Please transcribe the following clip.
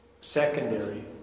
secondary